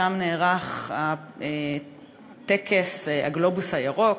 שם נערך טקס "הגלובוס הירוק",